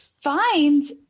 finds